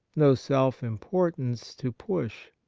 no self-impor tance to push.